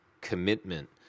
commitment